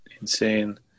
insane